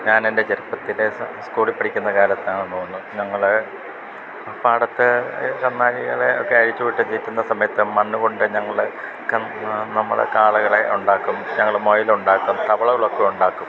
ഞാൻ എൻ്റെ ചെറുപ്പത്തിൽ സ സ്കൂളിൽ പഠിക്കുന്ന കാലത്താണെന്ന് തോന്ന് ഞങ്ങളെ പാടത്തെ കന്നാലികളെ ഒക്കെ അഴിച്ച് വിട്ട് തീറ്റ്ന്ന സമയത്ത് മണ്ണ് കൊണ്ട് ഞങ്ങൾ കണ് നമ്മളെ കാളകളെ ഉണ്ടാക്കും ഞങ്ങൾ മുയലൊണ്ടാക്കും തവളകൾ ഒക്കെ ഉണ്ടാക്കും